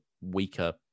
weaker